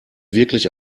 wirklich